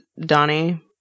Donnie